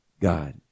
God